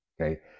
okay